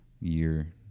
year